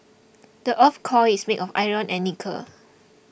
the earth's core is made of iron and nickel